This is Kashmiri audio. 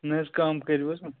نَہ حَظ کم کٔرِو حَظ وۄنۍ